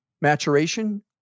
maturation